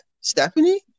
Stephanie